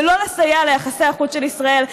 ולא לסייע ליחסי החוץ של ישראל?